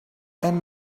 and